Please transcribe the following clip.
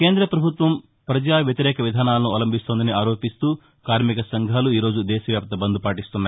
కేంద పభుత్వం ప్రజా వ్యతిరేక విధానాలను అవలంబిస్తోందని ఆరోపిస్తూ కార్మిక సంఘాలు ఈ రోజు దేశవ్యాప్త బంద్ పాటిస్తున్నాయి